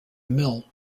mill